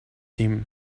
him